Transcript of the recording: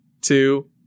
two